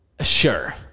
Sure